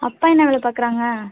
அப்பா என்ன வேலை பார்க்குறாங்க